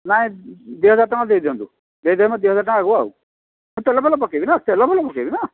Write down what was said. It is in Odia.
ନାଇଁ ଦୁଇ ହଜାର ଟଙ୍କା ଦେଇ ଦିଅନ୍ତୁ ଦେଇ ଦେବେ ମୋତେ ଦୁଇ ହଜାର ଟଙ୍କା ଆଗୁଆ ଆଉ ତେଲ ଫେଲ ପକେଇବିନା ତେଲ ଫେଲ ପକେଇବିନା